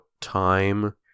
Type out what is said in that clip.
time